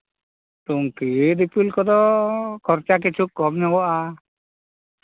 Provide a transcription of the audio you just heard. ᱴᱩᱝᱠᱤ ᱫᱤᱯᱤᱞ ᱠᱚᱫᱚ ᱠᱷᱚᱨᱪᱟ ᱠᱤᱪᱷᱩ ᱠᱚᱢ ᱧᱚᱜᱚᱜᱼᱟ